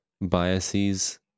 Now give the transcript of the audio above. biases